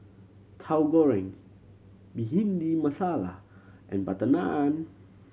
Tahu Goreng Bhindi Masala and butter naan